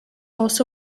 also